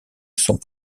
sont